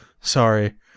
Sorry